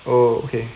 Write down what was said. oh okay